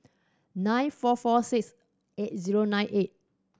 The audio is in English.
nine four four six eight zero nine eight